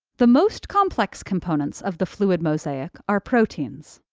the most complex components of the fluid mosaic are proteins.